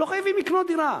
לא חייבים לקנות דירה,